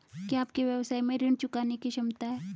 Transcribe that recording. क्या आपके व्यवसाय में ऋण चुकाने की क्षमता है?